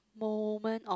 moment of